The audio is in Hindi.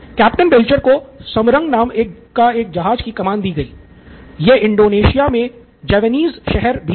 कैप्टन बेल्चर को समरंग नामक एक जहाज की कमान दी गई यह इंडोनेशिया में एक जवानीज़ शहर भी है